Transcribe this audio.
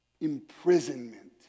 imprisonment